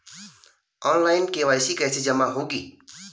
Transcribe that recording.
Online KYC कैसे जमा होगी?